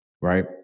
right